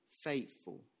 faithful